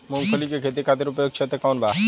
मूँगफली के खेती खातिर उपयुक्त क्षेत्र कौन वा?